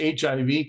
HIV